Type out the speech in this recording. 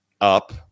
up